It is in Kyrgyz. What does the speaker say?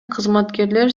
кызматкерлер